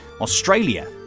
Australia